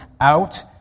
out